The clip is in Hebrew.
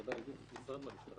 אדוני כבר מדבר על גוף נפרד מהמשטרה,